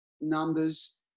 numbers